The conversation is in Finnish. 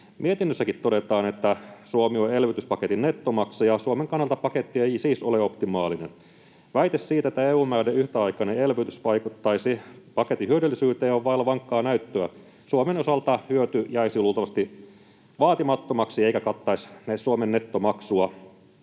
Mietinnössäkin todetaan, että Suomi on elvytyspaketin nettomaksaja. Suomen kannalta paketti ei siis ole optimaalinen. Väite siitä, että EU-maiden yhtäaikainen elvytys vaikuttaisi paketin hyödyllisyyteen, on vailla vankkaa näyttöä. Suomen osalta hyöty jäisi luultavasti vaatimattomaksi eikä kattaisi Suomen nettomaksua.